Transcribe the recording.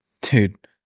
Dude